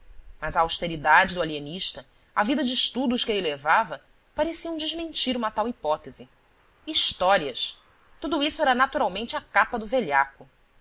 mas a austeridade do alienista a vida de estudos que ele levava pareciam desmentir uma tal hipótese histórias tudo isso era naturalmente a capa do velhaco